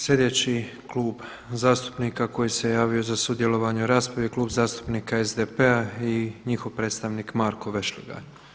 Sljedeći Klub zastupnika koji se javio za sudjelovanje u raspravi je Klub zastupnika SDP-a i njihov predstavnik Marko Vešligaj.